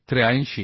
आणि 83